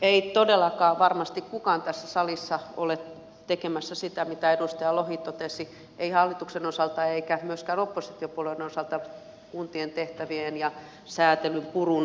ei todellakaan varmasti kukaan tässä salissa ole tekemässä sitä mitä edustaja lohi totesi ei hallituksen osalta eikä myöskään oppositiopuolen osalta kuntien tehtävien ja säätelyn purun osalta